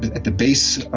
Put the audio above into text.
at the base,